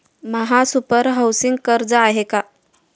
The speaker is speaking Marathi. महासुपर हाउसिंग कर्ज आहे का?